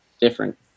different